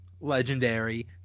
legendary